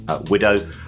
widow